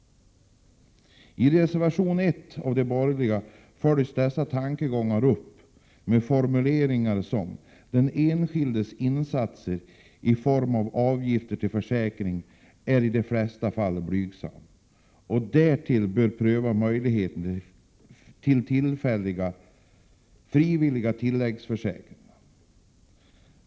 I reservation 1 av de borgerliga följs dessa tankegångar upp med formuleringar som: ”Den enskildes insats i form av avgifter till försäkringen är i de flesta fall blygsam” och ”Därtill bör prövas möjligheterna till frivilliga tilläggsförsäkringar”.